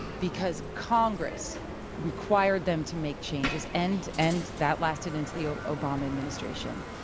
because congress required them to make changes and and that lasted into the obama administration.